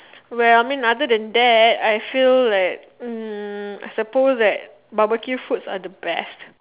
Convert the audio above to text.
well I mean other than that I feel like mm I suppose that barbecue foods are the best